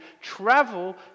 travel